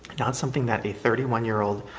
not something that a thirty one year old